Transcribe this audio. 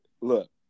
Look